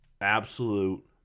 absolute